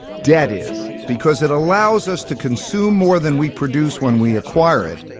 debt is because it allows us to consume more than we produce when we acquire it,